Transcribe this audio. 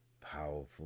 powerful